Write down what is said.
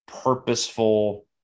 purposeful